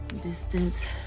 distance